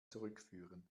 zurückführen